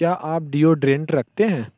क्या आप डिओड्रेंट रखते हैं